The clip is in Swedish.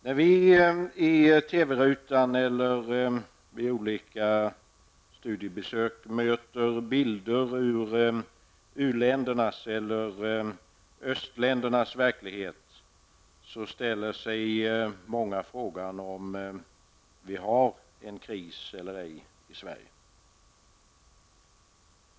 När vi i TV-rutan eller vid olika studiebesök möter bilder ur u-ländernas eller östländernas verklighet, ställer sig många frågan om vi har en kris eller ej i Sverige.